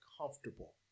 comfortable